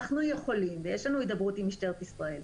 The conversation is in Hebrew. ויש לנו הידברות עם משטרת ישראל,